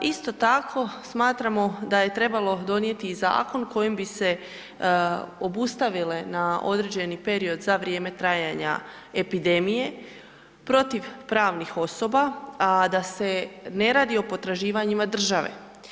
Isto tako smatramo da je trebalo donijeti i zakon kojim bi se obustavile na određeni period za vrijeme trajanja epidemije protiv pravnih osoba, a da se ne radi o potraživanjima države.